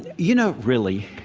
you know, really,